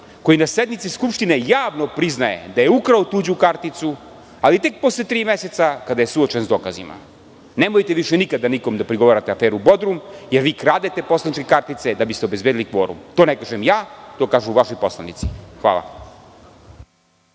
koji na sednici Skupštine javno priznaje da je ukrao tuđu karticu, ali tek posle tri meseca, kada je suočen sa dokazima. Nemojte više nikada nikome da prigovarate aferu Bodrum, jer vi kradete poslaničke kartice da biste obezbedili kvorum. To ne kažem ja, to kažu vaši poslanici. Hvala.